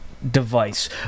Device